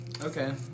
Okay